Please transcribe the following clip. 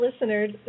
listeners